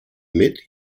meet